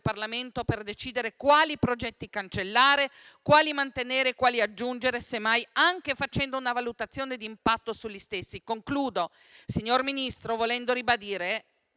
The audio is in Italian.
Parlamento per decidere quali progetti cancellare, quali mantenere e quali aggiungere, semmai anche facendo una valutazione di impatto su di essi. Concludo, signor Ministro, ribadendo